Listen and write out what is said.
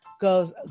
goes